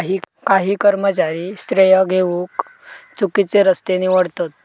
काही कर्मचारी श्रेय घेउक चुकिचे रस्ते निवडतत